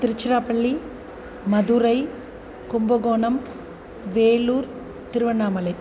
Tiruchirappalli Madurai Kumbakonam Vellore Tiruvannamalai